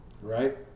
Right